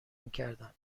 میکردن